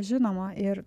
žinoma ir